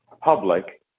public